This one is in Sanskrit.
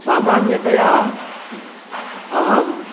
सामान्यतया अहं